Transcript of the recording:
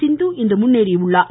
சிந்து இன்று முன்னேறியுள்ளார்